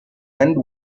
end